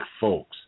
folks